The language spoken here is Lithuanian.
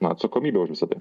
na atsakomybė už visa tai